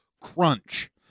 crunch